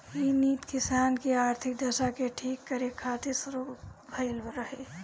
इ नीति किसान के आर्थिक दशा के ठीक करे खातिर शुरू भइल रहे